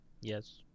Yes